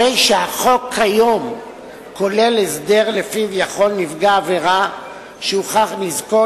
הרי שהחוק כיום כולל הסדר שלפיו יכול נפגע עבירה שהוכח נזקו,